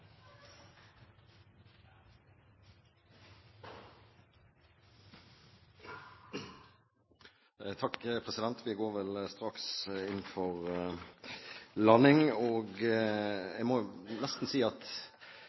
Vi går vel straks inn for landing. Vi har fra Høyres side fremmet et representantforslag, og